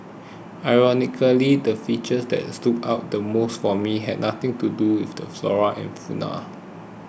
ironically the features that stood out the most for me had nothing to do with the flora and fauna